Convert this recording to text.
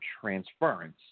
transference